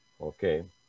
okay